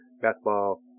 basketball